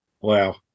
Wow